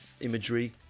imagery